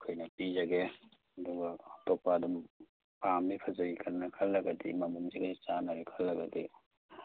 ꯑꯩꯈꯣꯏꯅ ꯄꯤꯖꯒꯦ ꯑꯗꯨꯒ ꯑꯇꯣꯞꯄ ꯑꯗꯨꯝ ꯄꯥꯝꯃꯤ ꯐꯖꯩꯑꯅ ꯈꯜꯂꯒꯗꯤ ꯃꯃꯟꯁꯤꯒ ꯆꯥꯟꯅꯔꯦ ꯈꯜꯂꯒꯗꯤ